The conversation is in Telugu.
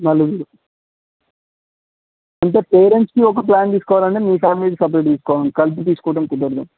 నలుగురు అంటే పేరెంట్స్కి ఒక ప్లాన్ తీసుకోవాలడి మీ ఫ్యామిలీకి సపరేట్ తీసుకోవాలడి కలిపి తీసుకోవటం కుదరదు